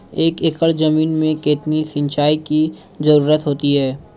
एक एकड़ ज़मीन में कितनी सिंचाई की ज़रुरत होती है?